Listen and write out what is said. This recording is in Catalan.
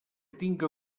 tinga